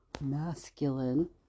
masculine